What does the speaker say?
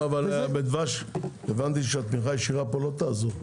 בדבש הבנתי שהתמיכה הישירה פה לא תעזור.